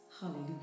Hallelujah